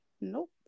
Nope